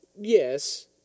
Yes